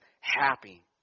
happy